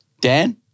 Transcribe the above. Dan